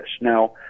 now